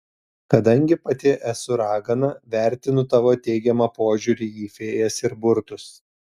kadangi pati esu ragana vertinu tavo teigiamą požiūrį į fėjas ir burtus